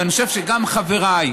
ואני חושב שגם חבריי,